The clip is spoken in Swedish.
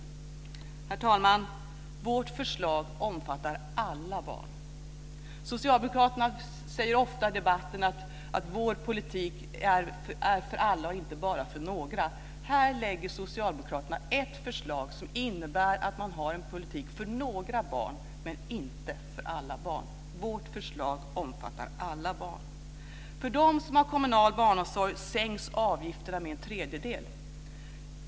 Herr talman! Vårt förslag omfattar alla barn. Socialdemokraterna säger ofta i debatten att deras politik är för alla och inte bara för några. Här lägger Socialdemokraterna fram ett förslag som innebär att man har en politik för några barn men inte för alla barn. Vårt förslag omfattar alla barn. För dem som har kommunal barnomsorg sänks avgifterna med en tredjedel.